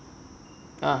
ah